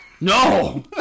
No